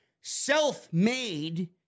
self-made